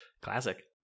classic